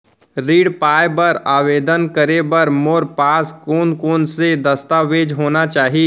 ऋण पाय बर आवेदन करे बर मोर पास कोन कोन से दस्तावेज होना चाही?